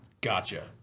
Gotcha